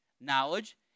knowledge